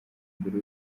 mbere